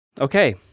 Okay